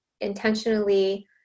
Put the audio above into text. intentionally